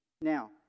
Now